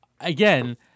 Again